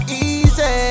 easy